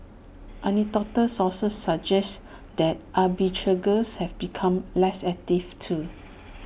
anecdotal sources suggest that arbitrageurs have become less active too